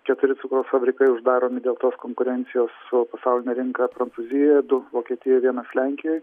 keturi cukraus fabrikai uždaromi dėl tos konkurencijos su pasauline rinka prancūzijoje du vokietijoj vienas lenkijoj